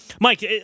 Mike